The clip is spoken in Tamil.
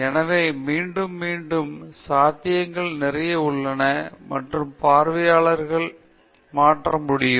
எனவே மீண்டும் மீண்டும் சாத்தியங்கள் நிறைய உள்ளன மற்றும் பார்வையாளர்களை மாற்ற முடியும்